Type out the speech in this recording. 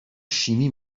شیمی